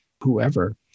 whoever